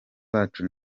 bacu